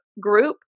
group